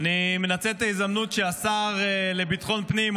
אני מנצל את ההזדמנות שהשר לביטחון פנים,